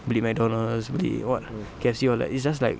beli mcdonald's beli what K_F_C all that it's just like